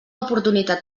oportunitat